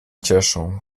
cieszą